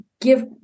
give